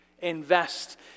Invest